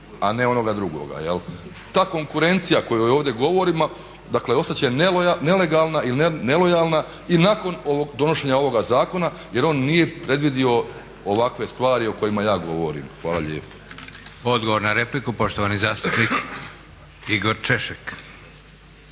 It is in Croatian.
a ne onoga drugoga. Ta konkurencija o kojoj ovdje govorimo, dakle ostati će nelegalna ili nelojalna i nakon donošenja ovoga zakona jer on nije predvidio ovakve stvari o kojima ja govorim. Hvala lijepa. **Leko, Josip (SDP)** Odgovor na repliku, poštovani zastupnik Igor Češek.